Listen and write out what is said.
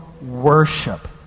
worship